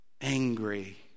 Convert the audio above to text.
Angry